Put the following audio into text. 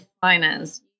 finance